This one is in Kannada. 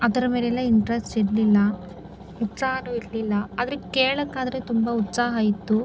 ಅದರ ಮೇಲೆಲ್ಲ ಇಂಟ್ರೆಸ್ಟ್ ಇರಲಿಲ್ಲ ಉತ್ಸಾಹನೂ ಇರಲಿಲ್ಲ ಆದರೆ ಕೇಳೋಕ್ಕಾದ್ರೆ ತುಂಬ ಉತ್ಸಾಹ ಇತ್ತು